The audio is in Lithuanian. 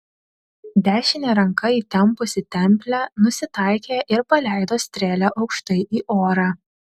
dešine ranka įtempusi templę nusitaikė ir paleido strėlę aukštai į orą